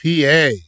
PA